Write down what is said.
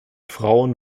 frauen